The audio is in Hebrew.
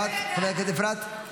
חברת הכנסת אפרת רייטן מרום, בבקשה.